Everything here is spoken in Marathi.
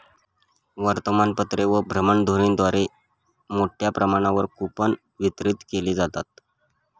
वर्तमानपत्रे व भ्रमणध्वनीद्वारे मोठ्या प्रमाणावर कूपन वितरित केले जातात